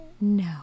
No